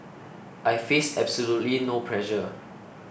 I face absolutely no pressure